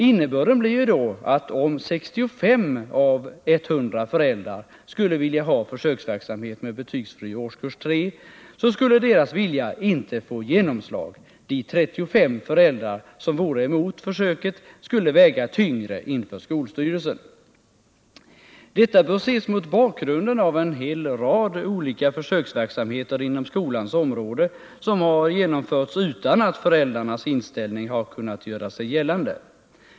Innebörden blir ju då att om 65 av 100 föräldrar skulle vilja ha försöksverksamhet med betygsfri årskurs 3 så skulle deras vilja inte få genomslag — de 35 föräldrar som vore emot försöket skulle väga tyngre inför skolstyrelsen. Detta bör ses mot bakgrunden av en rad olika försöksverksamheter inom skolans område som har genomförts utan att föräldrarnas inställning har kunnat göra sig gällande.